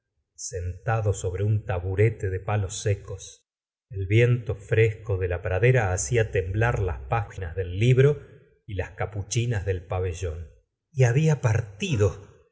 sentado sobre un taburete de palos secos el viento fresco de la pradera hacía temblar las páginas del libro y las capuchinas del pabellón y había partido